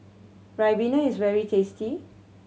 ribena is very tasty